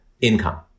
income